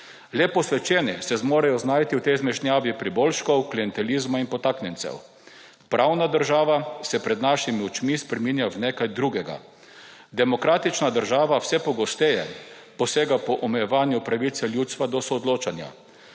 Le posvečeni se zmorejo znajti v tej zmešnjavi priboljškov, klientelizma in podtaknjencev. Pravna država se pred našimi očmi spreminja v nekaj drugega. Demokratična država vse pogosteje posega po omejevanju pravice ljudstva do soodločanja.